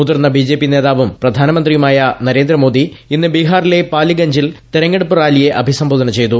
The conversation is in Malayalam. മുതിർന്ന ബിജെപി നേതാവും പ്രധാനമന്ത്രിയുമായ നരേന്ദ്രർമോദി ഇന്ന് ബിഹാറിലെ പാലിഗഞ്ചിൽ തെരഞ്ഞെടുപ്പ് റാലിയെ അഭിസ്ംബോധന ചെയ്തു